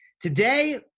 Today